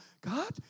God